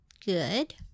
good